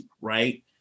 right